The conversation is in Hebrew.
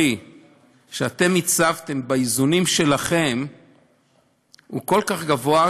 שאתם הצבתם באיזונים שלכם הוא כל כך גבוה,